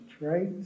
right